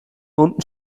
unten